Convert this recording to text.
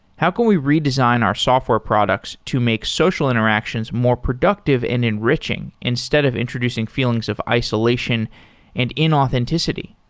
how can we redesign our software products to make social interactions more productive and enriching instead of introducing feelings of isolation and inauthenticity.